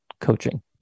coaching